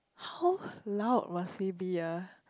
how loud must we be ah